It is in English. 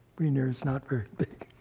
wiener's not very big.